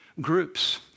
groups